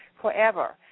forever